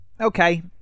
Okay